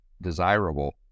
desirable